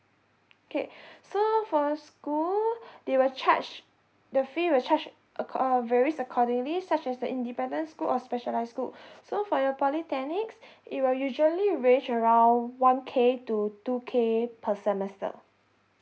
okay so for school they will charge the fee will charge acco~ uh varies accordingly such as the independent school or specialised school so for your polytechnics it will usually range around one K to two K per semester